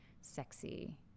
sexy